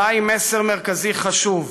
בא עם מסר מרכזי חשוב: